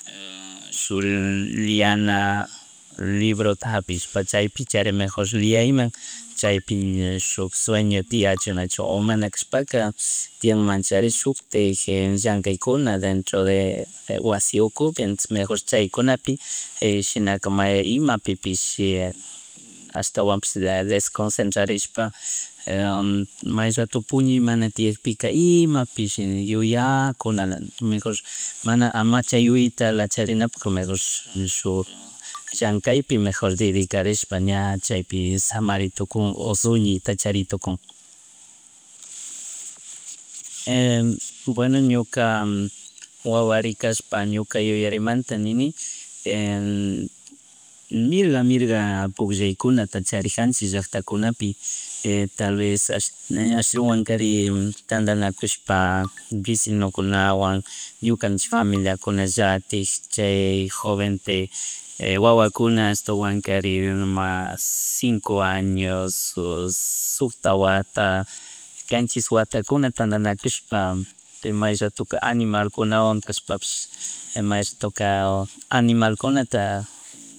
shuk leyaña librota hapishpa chaypichari mejor liyayman chaypi ña shuk suñeo tiuyachuk nacho o mana kashpacha tiyanmachari shuktek llankaykuna dentro de wasi ukupi antes mejor chaykunapi shinaka may imapipish ashtawampish la desconcsentradishpa may rato puñuy mana tiyakpi imapish yuyakunala mejor, mana ama chay yuyatala charinapuk mejor, shuk llankaypi mejor dedicarishpa ña chaypi shamaritukun o suñuyta charintatukun. Bueno ñuka wawari kashpa ñuka yuyarimanta nini, mirga, mirga pugllaykunata charijanchik llacktakunapi tal vez ashawankarin, tandanakushpa vecinakunawan, ñukanchik familiakunallatik, chay jovente wawakuna ashtawankari, ima cinco años o shukta wata, kanchish watakunata tandanakushpa may ratoka animal kunawan kashpapiush may ratoka animalkunata